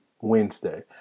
Wednesday